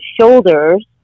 shoulders